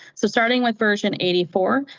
so starting with version eighty four,